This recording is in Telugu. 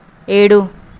ఏడు